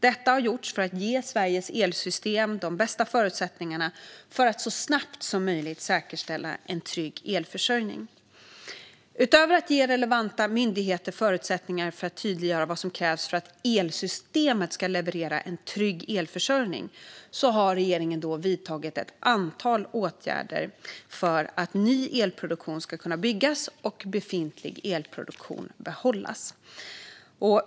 Detta har gjorts för att ge Sveriges elsystem de bästa förutsättningarna för att så snabbt som möjligt säkerställa en trygg elförsörjning. Utöver att ge relevanta myndigheter förutsättningar för att tydliggöra vad som krävs för att elsystemet ska leverera en trygg elförsörjning har regeringen vidtagit ett antal åtgärder för att ny elproduktion ska kunna byggas och befintlig elproduktion behållas.